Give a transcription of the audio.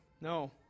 No